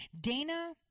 Dana